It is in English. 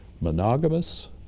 monogamous